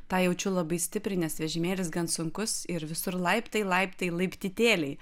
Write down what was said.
tą jaučiu labai stipriai nes vežimėlis gan sunkus ir visur laiptai laiptai laiptytėliai